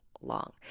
long